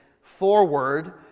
forward